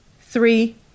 Three